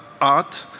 art